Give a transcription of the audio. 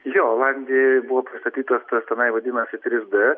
jo olandijoj buvo pristatytas tas tenai vadinasi trys d